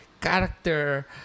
character